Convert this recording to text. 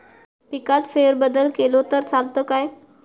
पिकात फेरबदल केलो तर चालत काय?